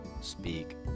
speak